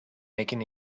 making